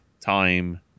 time